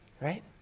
right